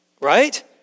Right